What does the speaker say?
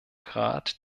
grad